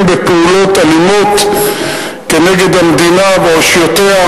בפעולות אלימות כנגד המדינה ואושיותיה,